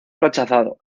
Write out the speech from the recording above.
rechazado